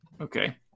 okay